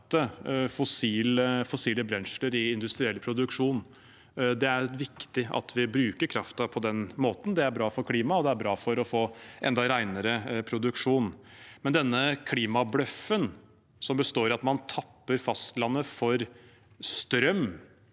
fossile brensler i industriell produksjon. Det er viktig at vi bruker kraften på den måten, det er bra for klimaet, og det er bra for å få enda renere produksjon. Men denne klimabløffen, som består i at man tapper fastlandet for strøm